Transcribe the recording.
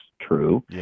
true